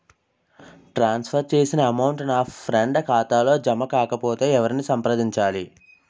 ట్రాన్స్ for చేసిన amount నా friend ఖాతాలో జమ కాకపొతే ఎవరిని సంప్రదించాలి?